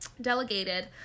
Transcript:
delegated